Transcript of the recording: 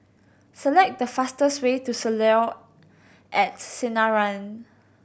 select the fastest way to Soleil at Sinaran